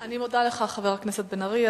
אני מודה לך, חבר הכנסת בן-ארי.